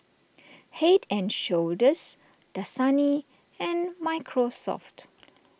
Head and Shoulders Dasani and Microsoft